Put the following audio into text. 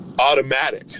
automatic